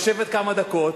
לשבת כמה דקות,